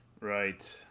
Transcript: Right